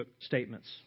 statements